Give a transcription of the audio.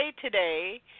today